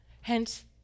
hence